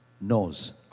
knows